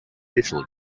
facial